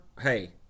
Hey